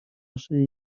szyi